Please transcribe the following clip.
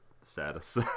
status